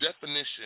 definition